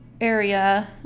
area